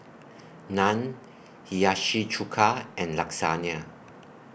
Naan Hiyashi Chuka and Lasagna